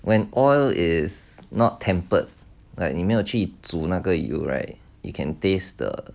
when oil is not tempered like 你没有去煮那个油 right you can taste the